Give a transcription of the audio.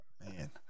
Man